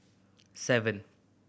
seven